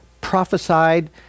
prophesied